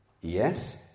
Yes